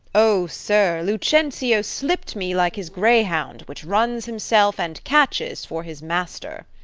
o, sir! lucentio slipp'd me like his greyhound, which runs himself, and catches for his master.